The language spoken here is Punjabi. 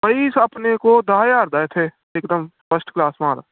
ਭਾਅ ਜੀ ਆਪਣੇ ਕੋਲ ਦਸ ਹਜ਼ਾਰ ਦਾ ਇੱਥੇ ਇਕਦਮ ਫਸਟ ਕਲਾਸ ਮਾਲ